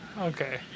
Okay